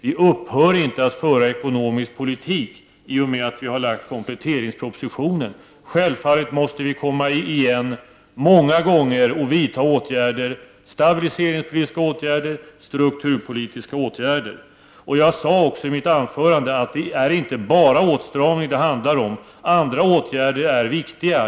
Vi upphör inte att föra ekonomisk politik i och med att vi lagt fram kompletteringspropositionen. Självfallet måste vi komma igen många gånger och vidta stabiliseringspolitiska och strukturpolitiska åtgärder. Jag sade också i mitt anförande att det inte bara handlar om åtstramning. Också andra åtgärder är viktiga.